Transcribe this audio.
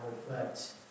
reflect